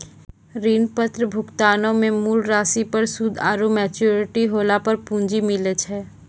ऋण पत्र भुगतानो मे मूल राशि पर सूद आरु मेच्योरिटी होला पे पूंजी मिलै छै